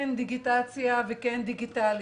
כן דיגיטציה וכן דיגיטלי,